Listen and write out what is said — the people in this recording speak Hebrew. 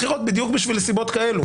לדחות בחירות בדיוק בשביל סיבות כאלה